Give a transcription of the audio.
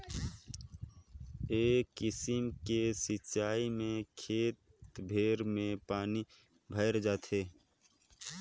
ए किसिम के सिचाई में खेत भेर में पानी भयर जाथे